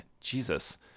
Jesus